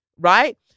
right